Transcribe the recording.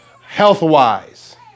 health-wise